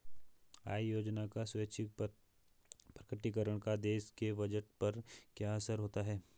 आय योजना का स्वैच्छिक प्रकटीकरण का देश के बजट पर क्या असर होता है?